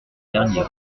dernier